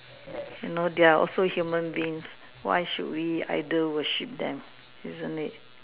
you know they are also human beings why should we idol worship them isn't it